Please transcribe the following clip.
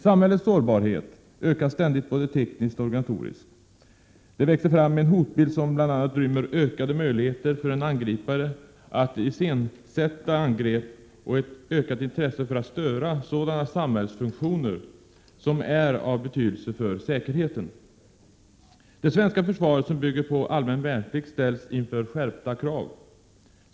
Samhällets sårbarhet ökar ständigt både tekniskt och organisatoriskt. Det växer fram en hotbild som bl.a. rymmer ökade möjligheter för en angripare att iscensätta angrepp och ett ökat intresse att störa sådana samhällsfunktio ner som är av betydelse för säkerheten. Det svenska försvaret, som bygger på Prot. 1987/88:131 allmän värnplikt, ställs inför skärpta krav.